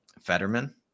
Fetterman